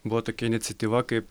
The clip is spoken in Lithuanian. buvo tokia iniciatyva kaip